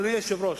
אדוני היושב-ראש,